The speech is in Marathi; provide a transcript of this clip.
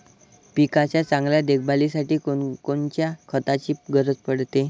पिकाच्या चांगल्या देखभालीसाठी कोनकोनच्या खताची गरज पडते?